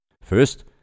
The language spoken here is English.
First